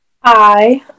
Hi